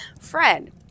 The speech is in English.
Fred